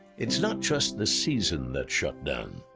it's not just the season that shut down,